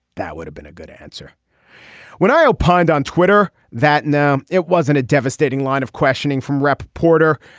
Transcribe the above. that would have been a good answer when i opined on twitter that now it wasn't a devastating line of questioning from rep. porter.